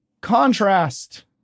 contrast